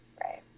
Right